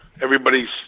everybody's